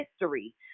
history